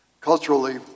culturally